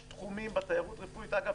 אגב,